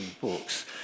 books